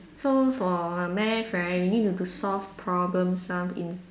so for math right we need to solve problem sum in